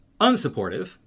unsupportive